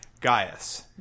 Gaius